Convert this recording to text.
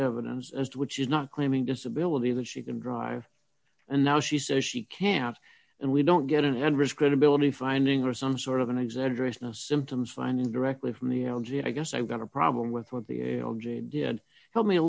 evidence as to which is not claiming disability that she can drive and now she says she can't and we don't get in and risk credibility finding are some sort of an exaggeration of symptoms finding directly from the l g i guess i've got a problem with what the did help me a